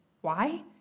Why